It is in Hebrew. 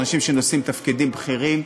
אנשים שנושאים תפקידים בכירים,